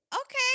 okay